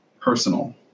personal